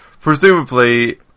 presumably